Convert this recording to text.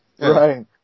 Right